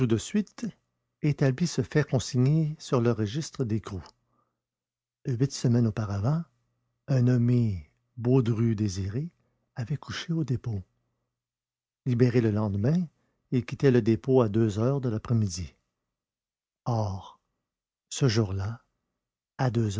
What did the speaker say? suite établit ce fait consigné sur le registre d'écrou huit semaines auparavant un nommé baudru désiré avait couché au dépôt libéré le lendemain il quittait le dépôt à deux heures de l'après-midi or ce jour-là à deux